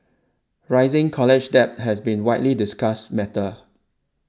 rising college debt has been widely discussed matter